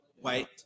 white